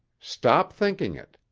stop thinking it.